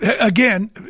again